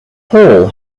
hole